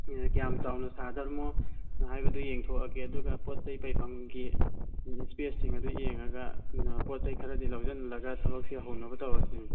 ꯀꯌꯥꯝ ꯆꯥꯎꯅ ꯁꯥꯗꯧꯔꯤꯕꯅꯣ ꯍꯥꯏꯕꯗꯣ ꯌꯦꯡꯊꯣꯛꯑꯒꯦ ꯑꯗꯨꯒ ꯄꯣꯠ ꯆꯩ ꯄꯩꯐꯝꯒꯤ ꯏꯁꯄꯦꯁꯁꯤꯡ ꯑꯗꯣ ꯌꯦꯡꯉꯒ ꯄꯣꯠ ꯆꯩ ꯈꯔꯗꯤ ꯂꯧꯁꯤꯜꯂꯒ ꯊꯕꯛꯁꯤ ꯍꯧꯅꯕ ꯇꯧꯔꯁꯤ